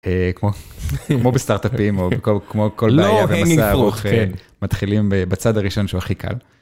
כמו בסטארטאפים או כמו כל בעיה במסע הארוך.. מתחילים בצעד הראשון שהוא הכי קל.